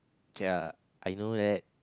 okay lah I know that